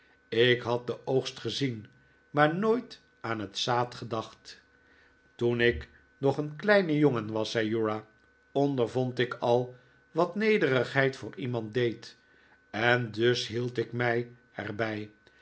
ik had den oogst gezien maar nooit aan het zaad gedacht toen ik nog een kleine jongen was zei uriah ondervond ik al wat nederigheid voor iemand deed en dus hield ik mij er